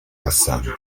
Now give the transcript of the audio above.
passanti